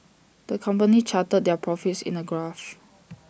the company charted their profits in A graph